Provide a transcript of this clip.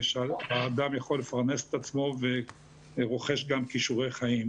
שהאדם יכול לפרנס את עצמו ורוכש גם כישורי חיים.